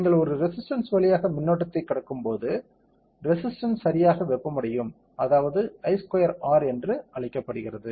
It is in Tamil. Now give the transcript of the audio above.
நீங்கள் ஒரு ரெசிஸ்டன்ஸ்ன் வழியாக மின்னோட்டத்தைக் கடக்கும்போது ரெசிஸ்டன்ஸ் சரியாக வெப்பமடையும் அதாவது I ஸ்கொயர் R என்று அழைக்கப்படுகிறது